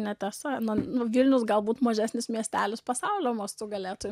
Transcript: netiesa na nu vilnius galbūt mažesnis miestelis pasaulio mastu galėtų